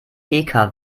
stellte